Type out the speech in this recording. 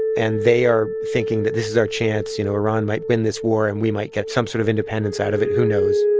and they are thinking that this is our chance. you know, iran might win this war, and we might get some sort of independence out of it. who knows?